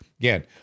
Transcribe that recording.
again